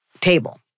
table